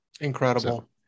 Incredible